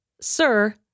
Sir